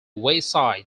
wayside